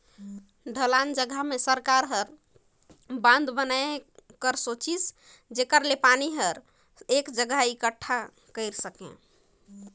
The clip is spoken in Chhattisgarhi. ढलान जघा मे सरकार हर बंधा बनाए के सेचित जेखर ले पानी ल सकेल क एकटठा कर सके